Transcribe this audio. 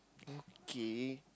okay